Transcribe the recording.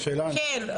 כן,